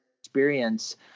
experience